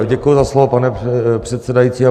Děkuji za slovo, pane předsedající.